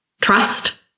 Trust